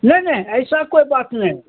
नहीं नहीं ऐसा कोई बात नहीं